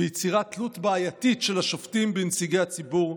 ויצירת תלות בעייתית של השופטים בנציגי הציבור,